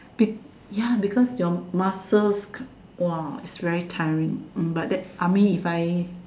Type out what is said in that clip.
be yeah because your muscles !wah! it's very tiring mm but that I mean if I